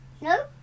No